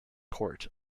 court